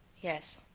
yes,